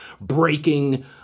breaking